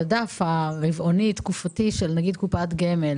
הדוח הרבעוני של קופת גמל,